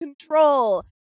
control